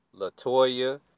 Latoya